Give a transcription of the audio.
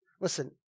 listen